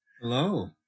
Hello